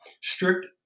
strict